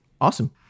Awesome